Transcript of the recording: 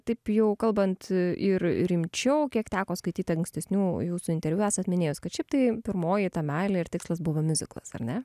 taip jau kalbant ir rimčiau kiek teko skaityti ankstesnių jūsų interviu esate minėjęs kad šiaip tai pirmoji ta meilė ir tikslas buvo miuziklas ar ne